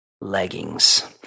leggings